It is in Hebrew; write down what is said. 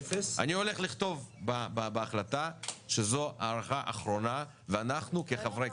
אני הולך לכתוב בהחלטה שזו הארכה אחרונה ואנחנו כחברי